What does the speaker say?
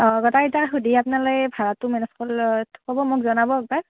অঁ গটাই কিটাই শুধি আপ্নালোকে ভাড়াটো মেনেজ কৰ্লে হ'ব মোক জনাব একবাৰ